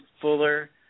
fuller